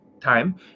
time